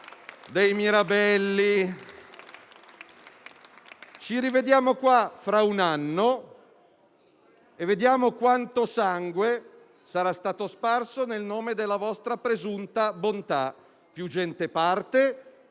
Ci rivediamo qui fra un anno e vediamo quanto sangue sarà stato sparso nel nome della vostra presunta bontà. Più gente parte,